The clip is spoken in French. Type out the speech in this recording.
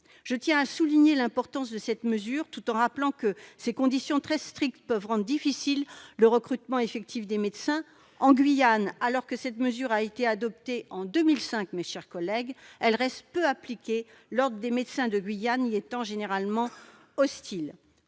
Je tiens à souligner l'importance de cette mesure tout en rappelant que les conditions requises, très strictes, peuvent rendre difficile le recrutement effectif des médecins. En Guyane, alors que cette mesure a été adoptée en 2005, elle reste peu appliquée, l'ordre des médecins de Guyane y étant généralement hostile.